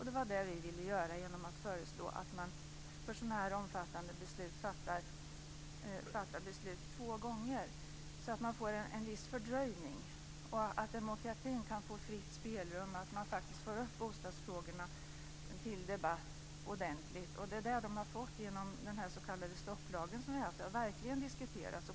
Det var det vi ville göra genom att föreslå att man för så här omfattande beslut ska fatta beslut två gånger, så att man får en viss fördröjning, att demokratin får fritt spelrum och att bostadsfrågorna kommer upp till debatt ordentligt. Detta har skett genom den s.k. stopplag som vi har haft. De har verkligen diskuterats.